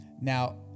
Now